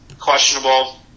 Questionable